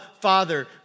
Father